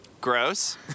Gross